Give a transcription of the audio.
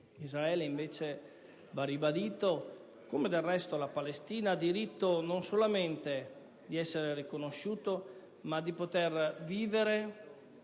Israele invece, va ribadito - come del resto la Palestina - ha diritto non solo di essere riconosciuto, ma di poter vivere